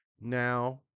now